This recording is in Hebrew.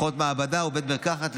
אחות מעבדה ובית מרקחת,